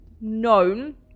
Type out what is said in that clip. known